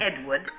Edward